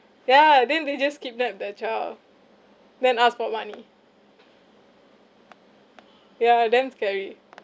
ya then they just kidnap the child then ask for money ya damn scary